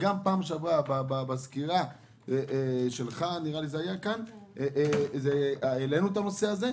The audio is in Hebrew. גם בפעם שעברה בסקירה שלך כאן העלינו את הנושא הזה.